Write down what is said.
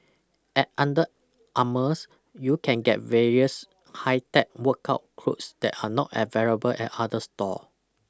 at Under Armour you can get various high tech workout clothes that are not available at other store